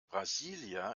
brasília